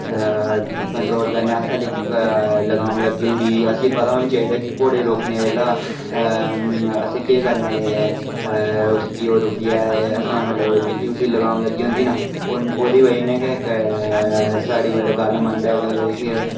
control करने आस्तै लगाम लग्गी दी होंदी असेंगी पता होंदा जे हून घोड़े गी रोकने अल्ला असें केह् करना ऐउसगी ओह् रुकी जा असें मतलब जेह्की उसी लगाम लग्गी दी होंदी ना ओह् ओह्दी बजह् कन्नै साढ़ी मतलब गल्ल मनदा मतलब कि